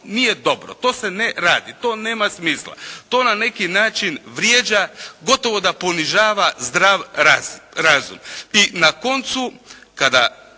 nije dobro. To se ne radi. To nema smisla. To na neki način vrijeđa. Gotovo da ponižava zdrav razum. I na koncu kada